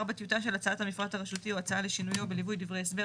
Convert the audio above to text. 4. טיוטה של הצעת המפרט הרשותי או הצעה לשינויו בליווי דברי הסבר